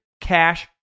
Cash